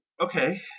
Okay